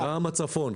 גם בצפון.